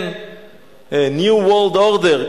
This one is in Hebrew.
New World Order,